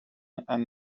and